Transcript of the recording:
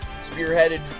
Spearheaded